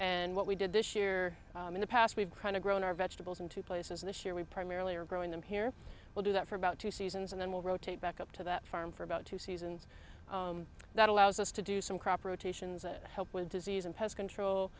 and what we did this year in the past we've grown our vegetables in two places this year we primarily are growing them here we'll do that for about two seasons and then will rotate back up to that farm for about two seasons that allows us to do some crop rotations it help with disease and pest control